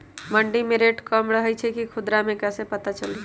मंडी मे रेट कम रही छई कि खुदरा मे कैसे पता चली?